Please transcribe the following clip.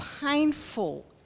painful